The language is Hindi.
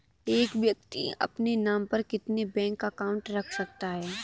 एक व्यक्ति अपने नाम पर कितने बैंक अकाउंट रख सकता है?